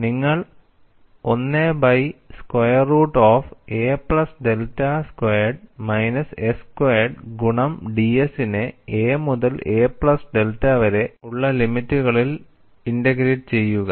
നിങ്ങൾ 1 by square root of a plus delta squared minus s squared ഗുണം ds നെ a മുതൽ a plus delta വരെ ഉള്ള ലിമിറ്റുകളിൽ ഇൻടെഗ്രേറ്റ് ചെയ്യുക